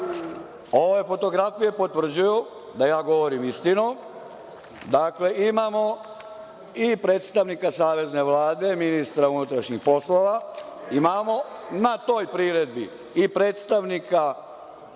Ove fotografije potvrđuju da ja govorim istinu. Dakle, imamo i predstavnika Savezne vlade, ministra unutrašnjih poslova, imamo na toj priredbi i predstavnika